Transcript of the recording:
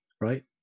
right